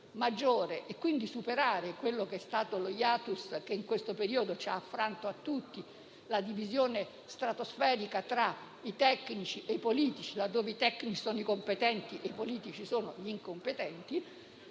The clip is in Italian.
maggiore e quindi superare lo *hiatus* che in questo periodo ci ha affranto tutti, ovvero la divisione stratosferica tra tecnici e politici, laddove i tecnici sono i competenti e i politici sono gli incompetenti,